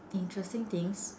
interesting things